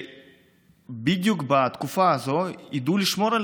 שבדיוק בתקופה הזאת ידעו לשמור על